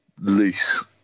loose